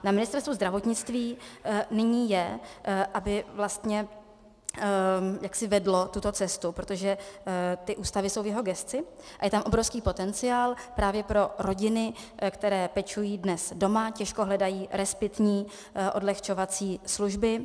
Na Ministerstvu zdravotnictví nyní je, aby vlastně jaksi vedlo tuto cestu, protože ty ústavy jsou v jeho gesci a je tam obrovský potenciál právě pro rodiny, které pečují dnes doma, těžko hledají respitní, odlehčovací služby.